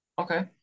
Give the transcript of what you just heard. Okay